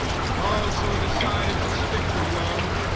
have also decided to stick with love,